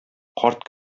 карт